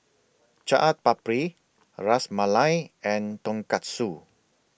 Chaat Papri Ras Malai and Tonkatsu